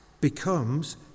becomes